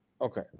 Okay